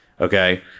okay